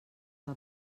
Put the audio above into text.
del